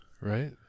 Right